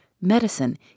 medicine